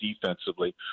defensively